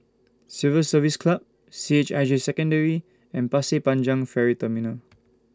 Civil Service Club C H I J Secondary and Pasir Panjang Ferry Terminal